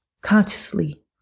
consciously